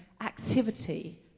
activity